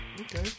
okay